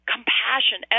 compassion